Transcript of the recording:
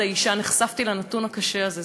האישה ולשוויון מגדרי נחשפתי לנתון הקשה הזה.